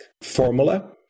formula